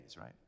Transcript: right